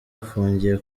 afungiye